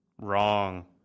Wrong